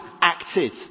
acted